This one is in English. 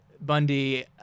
Bundy –